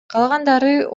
калгандары